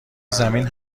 زمین